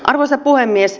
arvoisa puhemies